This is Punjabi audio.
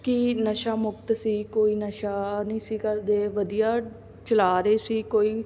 ਕਿ ਨਸ਼ਾ ਮੁਕਤ ਸੀ ਕੋਈ ਨਸ਼ਾ ਨਹੀਂ ਸੀ ਕਰਦੇ ਵਧੀਆ ਚਲਾ ਰਹੇ ਸੀ ਕੋਈ